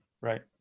Right